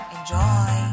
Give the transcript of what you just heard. Enjoy